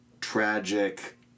tragic